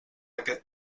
aquest